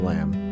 Lamb